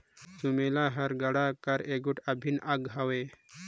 सुमेला हर गाड़ा कर एगोट अभिन अग हवे